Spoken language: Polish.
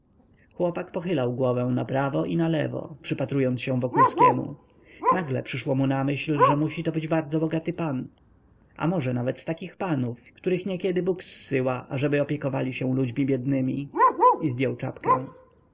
chłopak pochylał głowę naprawo i nalewo przypatrując się wokulskiemu nagle przyszło mu na myśl że musito być bardzo bogaty pan a może nawet z takich panów których niekiedy bóg zsyła ażeby opiekowali się ludźmi biednymi i zdjął czapkę